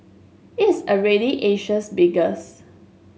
it is already Asia's biggest